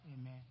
Amen